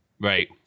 Right